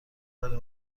برای